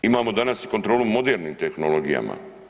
Imamo danas i kontrolu modernim tehnologijama.